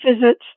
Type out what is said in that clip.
visits